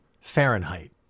Fahrenheit